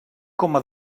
coma